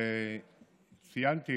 וציינתי